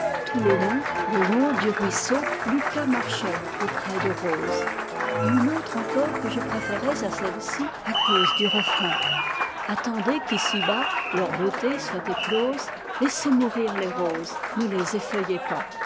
tout le long le long du ruisseau lucas marchait auprès de rose et une autre encore que je préférais à celle-ci à cause du refrain attendez quici bas leurs beautés soient écloses laissez mourir les roses ne les effeuillez pas